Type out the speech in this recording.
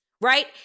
Right